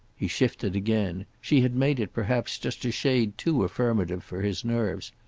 he shifted again she had made it perhaps just a shade too affirmative for his nerves.